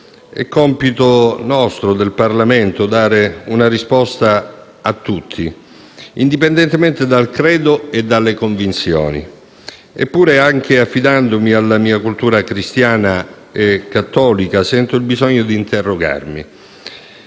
È compito nostro, del Parlamento, dare una risposta a tutti, indipendentemente dal credo e dalle convinzioni. Eppure, anche affidandomi alla mia cultura cristiana e cattolica, sento il bisogno di interrogarmi.